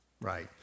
Right